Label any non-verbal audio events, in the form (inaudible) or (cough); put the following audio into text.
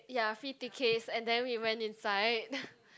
ya free tickets and then we went inside (breath)